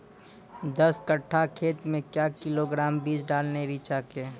दस कट्ठा खेत मे क्या किलोग्राम बीज डालने रिचा के?